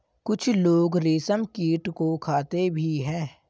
कुछ लोग रेशमकीट को खाते भी हैं